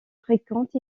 fréquente